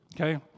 okay